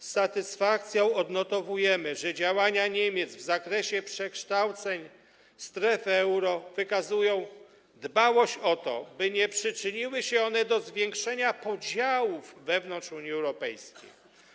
Z satysfakcją odnotowujemy, że Niemcy w działaniach w zakresie przekształceń strefy euro wykazują dbałość o to, by nie przyczyniły się one do zwiększenia podziałów wewnątrz Unii Europejskiej.